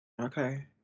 Okay